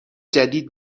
جدید